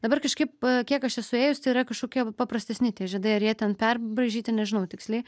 dabar kažkaip kiek aš esu ėjus tai yra kažkokie paprastesni tie žiedai ar jie ten perbraižyti nežinau tiksliai